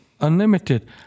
unlimited